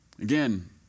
Again